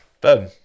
Boom